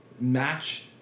match